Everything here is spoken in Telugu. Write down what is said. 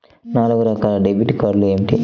నాలుగు రకాల డెబిట్ కార్డులు ఏమిటి?